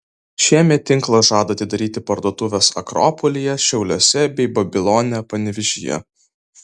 šiemet tinklas žada atidaryti parduotuves akropolyje šiauliuose bei babilone panevėžyje